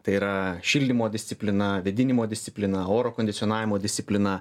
tai yra šildymo disciplina vėdinimo disciplina oro kondicionavimo disciplina